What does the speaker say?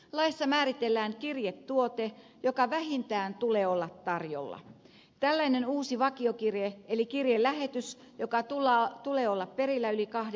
laissa määritellään kirjetuote joka vähintään tule olla tarjolla tällainen uusi vakiokirje eli kirjelähetys jonka tulee olla perillä yli kahden yön